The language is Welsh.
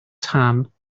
tan